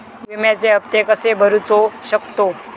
विम्याचे हप्ते कसे भरूचो शकतो?